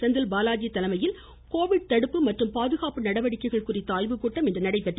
செந்தில் பாலாஜி தலைமையில் கோவிட் தடுப்பு மற்றும் பாதுகாப்பு நடவடிக்கைகள் குறித்த ஆய்வுக்கூட்டம் இன்று நடைபெற்றது